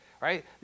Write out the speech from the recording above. right